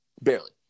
Barely